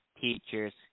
teachers